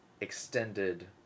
extended